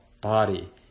body